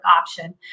option